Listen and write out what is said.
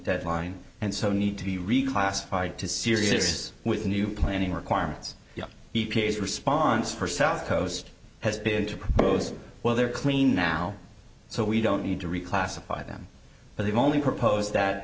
deadline and so need to be reclassified to serious with new planning requirements e p a s response for south coast has been to propose well they're clean now so you don't need to reclassify them but they've only proposed that